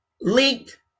Leaked